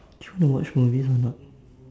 do you wanna watch movies or not